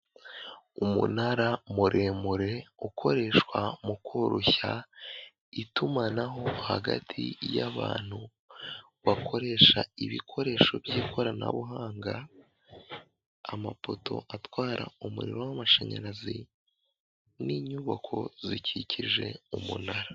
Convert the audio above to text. Umunara muremure ukoreshwa mu koroshya itumanaho hagati y'abantu bakoresha ibikoresho by'ikoranabuhanga ,amapoto atwara umuriro w'amashanyarazi n'inyubako zikikije umunara.